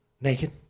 Naked